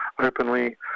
openly